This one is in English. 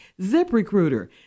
ZipRecruiter